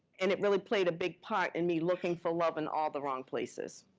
and it really played a big part in me looking for love in all the wrong places.